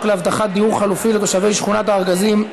להבטחת דיור חלופי לתושבי שכונת הארגזים,